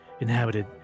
inhabited